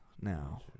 now